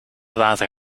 water